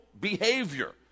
behavior